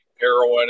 heroin